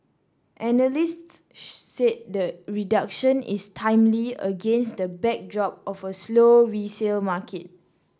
analysts said the reduction is timely against the backdrop of a slow resale market